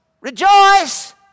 rejoice